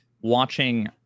Watching